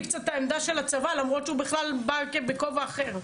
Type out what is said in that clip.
קצת את העמדה של הצבא למרות שהוא בכלל בא בכובע אחר.